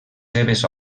seves